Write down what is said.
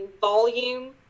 volume